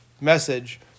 message